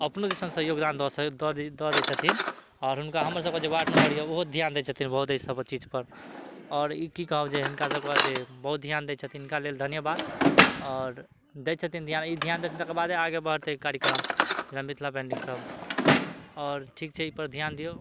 अपनो दिसनसँ योगदान दऽ दऽ दै दऽ दै छथिन आओर हुनका हमर सबके जे वार्ड मेम्बर यऽ ओहो ध्यान दै छथिन बहुत अइ सबके चीजपर आओर ई की कहब जे हिनका सबके जे बहुत ध्यान दै छथिन हिनका लेल धन्यवाद आओर दै छथिन ध्यान ई ध्यान दै छथिन तकर बादे आगे बढ़तइ कार्यक्रम जेना मिथिला पेन्टिंग सब और ठीक छै ईपर ध्यान दियौ